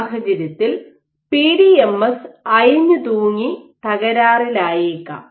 ഈ സാഹചര്യത്തിൽ പിഡിഎംഎസ് അയഞ്ഞുതൂങ്ങി തകരാറിലായേക്കാം